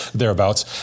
thereabouts